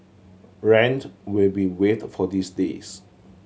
rent will be waived for these days